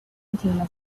fatima